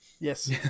Yes